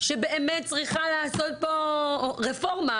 שבאמת צריכה לעשות פה רפורמה.